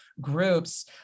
groups